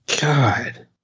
God